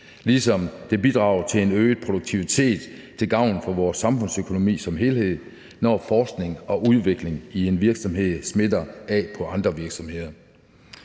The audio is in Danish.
ligesom det bidrager til en øget produktivitet til gavn for vores samfundsøkonomi som helhed, når forskning og udvikling i en virksomhed smitter af på andre virksomheder.